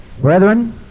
Brethren